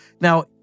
Now